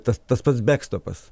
tas tas pats bekstopas